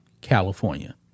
California